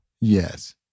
Yes